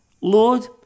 Lord